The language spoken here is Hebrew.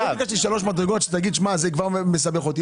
לא מבקשים שלוש מדרגות, שאז תגיד שזה מסבך אותך.